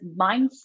mindset